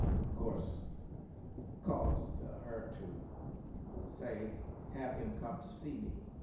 of course caused her to say, have him come to see me.